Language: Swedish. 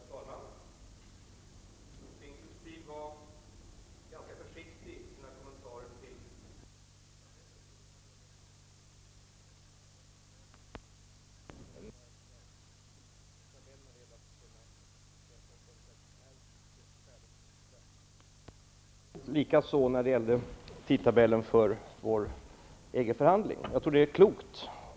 Herr talman! Ulf Dinkelspiel var ganska försiktig i sina kommentarer till EG-samarbetet och likaså när det gällde tidtabellen för vår EG-förhandling. Jag tror det är klokt.